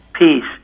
peace